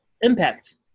Impact